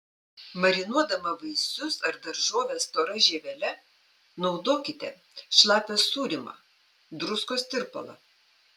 marinuodama vaisius ar daržoves stora žievele naudokite šlapią sūrymą druskos tirpalą